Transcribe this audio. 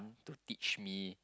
want to teach me